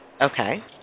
Okay